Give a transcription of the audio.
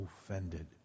offended